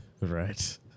right